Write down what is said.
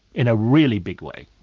in a really big way.